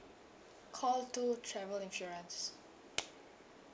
call two travel insurance